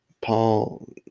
paul